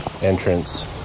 entrance